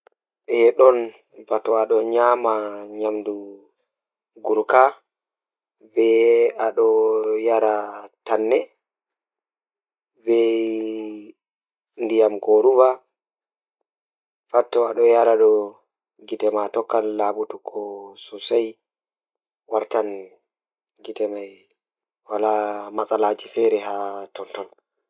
Eɗe kañum njiddiriɗe waɗata faggude njamataare ngorko sabu ɗe waɗa rewti nguurndam ngorko. Njamaaji ɗe feere ɗum ɗiɗiɗe rewɓe waɗata njoɓdi, ɗum waɗa rewɓe hoore ngam nde nguurndam ngorko. Ko carrot ɗum waawataa rewti sabu ɗum ngoni vitamin A, e kale ko miɗo waɗata rewɓe ngam nguurndam ngal rewɓe.